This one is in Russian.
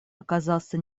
оказался